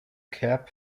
cap